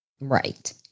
Right